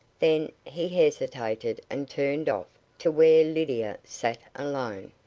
then he hesitated and turned off to where lydia sat alone.